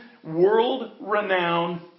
world-renowned